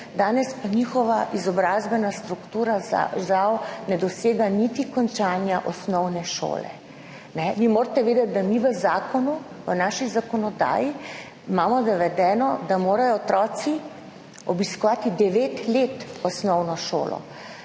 Danes pa njihova izobrazbena struktura žal ne dosega niti končanja osnovne šole. Vi morate vedeti, da imamo mi v naši zakonodaji navedeno, da morajo otroci obiskovati osnovno šolo